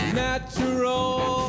natural